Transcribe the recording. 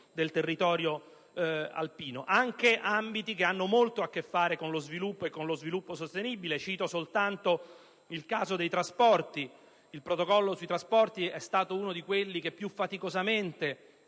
del territorio alpino, anche ambiti che hanno molto a che fare con lo sviluppo sostenibile. Cito soltanto il caso dei trasporti: il Protocollo sui trasporti è stato uno di quelli che più faticosamente